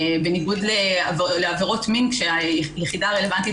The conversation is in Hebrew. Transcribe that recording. בניגוד לעבירות מין כשהיחידה הרלבנטית